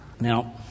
Now